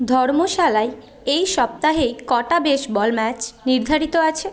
ধর্মশালায় এই সপ্তাহেই কটা বেসবল ম্যাচ নির্ধারিত আছে